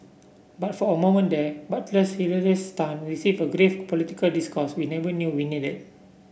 but for a moment there Butler's hilarious stunt received a grave political discourse we never knew we needed